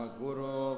guru